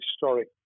historic